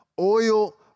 Oil